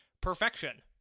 perfection